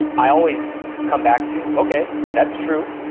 i always come back to, okay that's true,